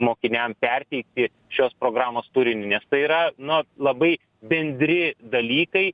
mokiniam perteikti šios programos turinį nes tai yra nu labai bendri dalykai